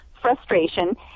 frustration